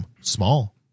Small